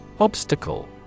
Obstacle